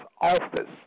office